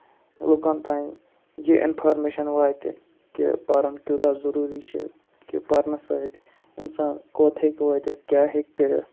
لُکَن تانۍ یہِ اِنفارمیشن واتہِ کہِ پَرُن کوٗتاہ ضروٗری چھُ کہِ پَرنہٕ سۭتۍ اِنسان کوٚت ہیٚکہِ وٲتِتھ کیٛاہ ہیٚکہِ کٔرِتھ